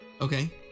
Okay